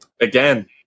Again